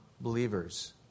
believers